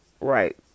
right